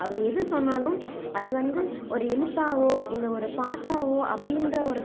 அவர் எது சொன்னாலும் அது வந்து ஒரு எழுத்தாகவோ இல்லை ஒரு பாட்டாகவோ அப்படின்ற ஒரு